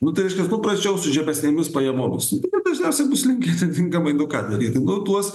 nu tai reiškias paprasčiau su žemsnėmis pajmomis nu tai dažniausiai bus linkę atitinkamai nu ką daryt nu tuos